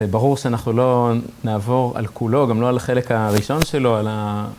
ברור שאנחנו לא נעבור על כולו, גם לא על החלק הראשון שלו, על ה...